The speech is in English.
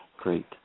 Great